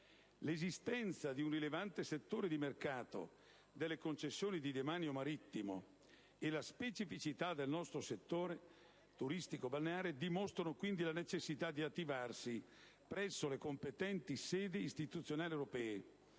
L'esistenza di un rilevante settore di mercato delle concessioni di demanio marittimo e la specificità del nostro settore turistico balneare dimostrano quindi la necessità di attivarsi presso le competenti sedi istituzionali europee